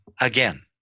again